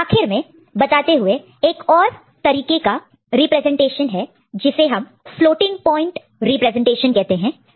आखिर में बताते हुए एक और तरीके का रिप्रेजेंटेशन है जिसे हम फ्लोटिंग प्वाइंट रिप्रेजेंटेशन कहते हैं